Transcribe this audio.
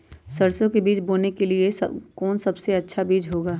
सरसो के बीज बोने के लिए कौन सबसे अच्छा बीज होगा?